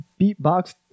Beatbox